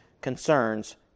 concerns